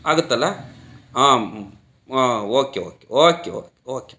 ಆಗುತ್ತಲ್ಲ ಹಾಂ ಓ okay okay okay okay okay